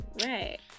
Right